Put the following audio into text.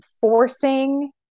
forcing